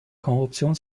korruption